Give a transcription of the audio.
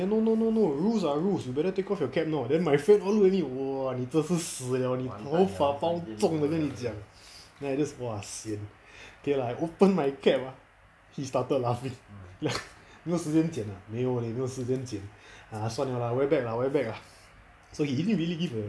then no no no no rules are rules you better take off your cap now then my friend all look at me !wah! 你这次死 liao 你头发包中的跟你讲 then I just !wah! sian okay lah I open my cap ah he started laughing ya 没有时间剪 ah 没有 leh 没有时间剪 ah 算 liao lah wear back lah wear back lah so he didn't really give the